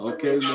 Okay